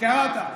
אתה קראת.